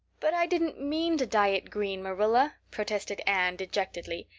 but i didn't mean to dye it green, marilla, protested anne dejectedly.